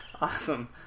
Awesome